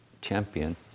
champion